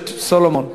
הכנסת סולומון.